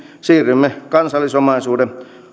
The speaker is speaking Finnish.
siirrymme kansallisomaisuuden